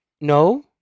No